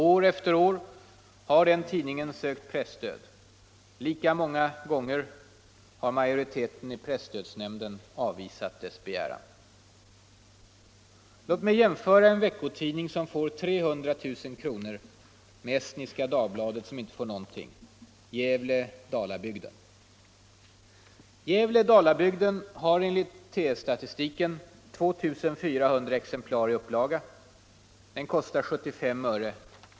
År efter år har denna tidning sökt presstöd. Lika många gånger har majoriteten i presstödsnämnden avvisat dess begäran. Låt mig jämföra en veckotidning som får 300 000 kr. med Estniska Dagbladet, som inte får någonting — och jag tar då Gävle-Dalabygden. Den har enligt TU-statistiken en upplaga på 2400 exemplar. Dess lösnummerpris är 75 öre.